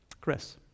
Chris